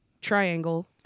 triangle